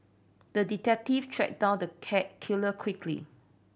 the detective tracked down the cat killer quickly